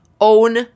own